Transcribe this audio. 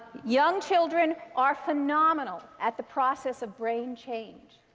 young children are phenomenal at the process of brain change.